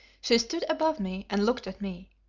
she stood above me and looked at me,